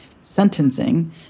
sentencing